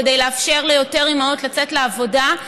כדי לאפשר ליותר אימהות לצאת לעבודה.